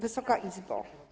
Wysoka Izbo!